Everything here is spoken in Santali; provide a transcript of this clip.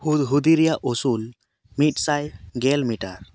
ᱦᱩᱫᱦᱩᱫᱤ ᱨᱮᱭᱟᱜ ᱩᱥᱩᱞ ᱢᱤᱫ ᱥᱟᱭ ᱜᱮᱞ ᱢᱤᱴᱟᱨ